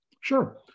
Sure